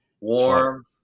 warm